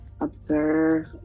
observe